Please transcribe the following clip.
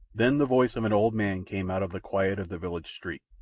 then the voice of an old man came out of the quiet of the village street.